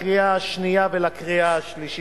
לקריאה שנייה ולקריאה שלישית.